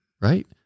right